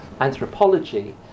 anthropology